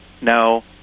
no